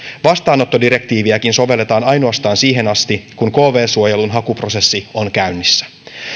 vastaanottodirektiiviäkin sovelletaan ainoastaan siihen asti kun kv suojelun hakuprosessi on käynnissä